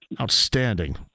Outstanding